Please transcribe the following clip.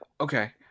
Okay